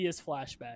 flashback